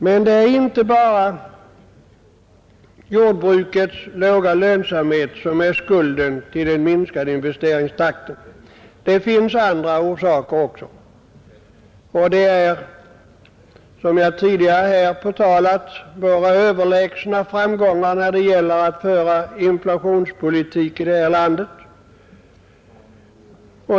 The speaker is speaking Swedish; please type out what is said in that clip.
Men det är inte bara jordbrukets låga lönsamhet som är skulden till den minskade investeringstakten, det finns andra orsaker också. En av dem är, som jag tidigare här påtalat, våra överlägsna framgångar när det gäller att föra inflationspolitik i det här landet.